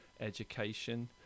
education